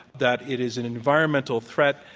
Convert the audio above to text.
that it is an environmental threat,